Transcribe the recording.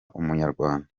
umunyarwanda